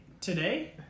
Today